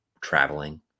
traveling